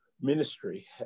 ministry